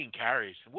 carries